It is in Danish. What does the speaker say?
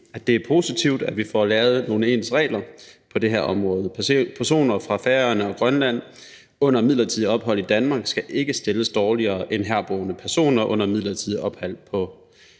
vi, det er positivt, at vi får lavet ens regler på det her område. Personer fra Færøerne og Grønland under midlertidigt ophold i Danmark skal ikke stilles dårligere end herboende personer under midlertidigt ophold på